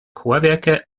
chorwerke